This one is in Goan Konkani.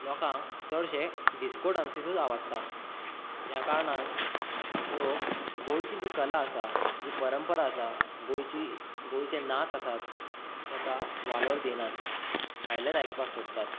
लोकांक चडशे डिस्को डान्सूच आवडटा ह्या कारणांक लोक गोंयची जी कला आसा जी परंपरा आसा गोंयची गोंयचे नाच आसात ताका वालोर दिनात भायलेत आयकपाक सोदतात